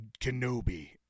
Kenobi